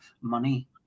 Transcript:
money